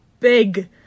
Big